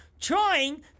trying